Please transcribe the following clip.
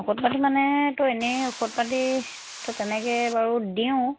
ঔষধ পাতি মানেতো এনেই ঔষধ পাতিতো তেনেকৈ বাৰু দিওঁ